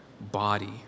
body